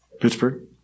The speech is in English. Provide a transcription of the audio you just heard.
Pittsburgh